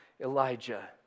Elijah